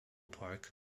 park